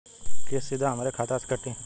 किस्त सीधा हमरे खाता से कटी?